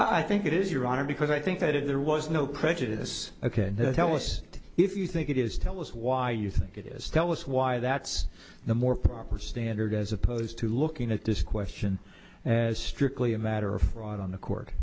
i think it is your honor because i think that if there was no prejudice ok tell us if you think it is tell us why you think it is tell us why that's the more proper standard as opposed to looking at this question as strictly a matter of fraud on the court